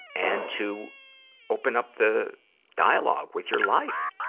and to open up the dialogue with your life,